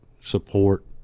support